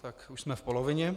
Tak, už jsme v polovině.